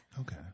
Okay